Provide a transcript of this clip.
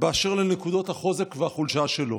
באשר לנקודות החוזק והחולשה שלו.